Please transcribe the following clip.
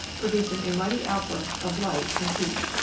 producing a mighty outburst of light and heat.